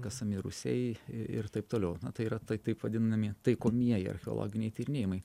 kasami rūsiai i ir taip toliau tai yra tai taip vadinami taikomieji archeologiniai tyrinėjimai